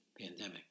pandemic